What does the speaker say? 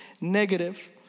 negative